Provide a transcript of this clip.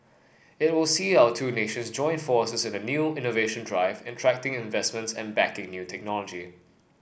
it will see our two nations join forces in a new innovation drive attracting investments and backing new technology